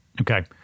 okay